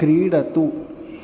क्रीडतु